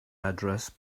address